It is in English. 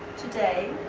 today,